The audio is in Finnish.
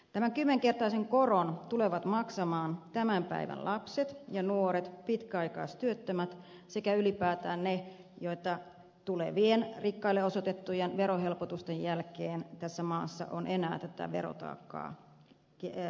tämän kymmenkertaisen koron tulevat maksamaan tämän päivän lapset ja nuoret pitkäaikaistyöttömät sekä ylipäätään ne joita tulevien rikkaille osoitettujen verohelpotusten jälkeen tässä maassa on enää tätä verotaakkaa kantamassa